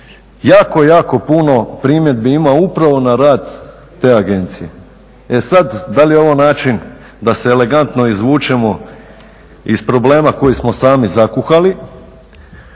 jako, jako puno primjedbi ima upravo na rad te agencije. E sada, da li je ovo način da se elegantno izvučemo iz problema koje smo sami zakuhali